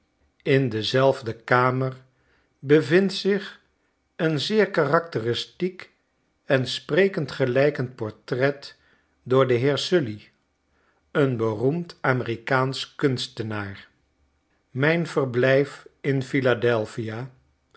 in dezelfde kamer bevindt zich een zeer karakteristiek en sprekend gelykend portret door den heer sully een beroemd amerikaansch kunstenaar mijn verblijf in philadelphia